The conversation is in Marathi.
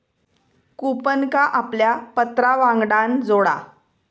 कूपनका आपल्या पत्रावांगडान जोडा